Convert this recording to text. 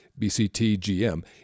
BCTGM